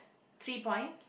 three point